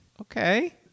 Okay